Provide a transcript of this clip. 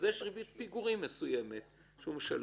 אז יש ריבית פיגורים מסוימת שהוא משלם.